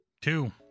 Two